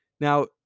Now